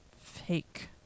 fake